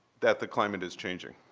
that the climate is changing.